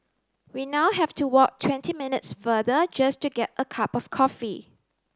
we now have to walk twenty minutes farther just to get a cup of coffee